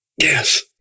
Yes